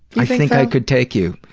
i think i could take you.